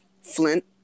Flint